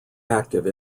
active